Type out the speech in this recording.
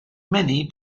many